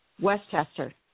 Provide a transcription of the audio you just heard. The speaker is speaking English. Westchester